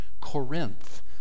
Corinth